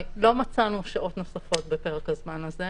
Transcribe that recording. לא מצאנו שעות נוספות בפרק הזמן הזה.